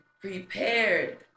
prepared